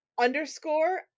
underscore